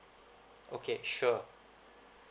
okay sure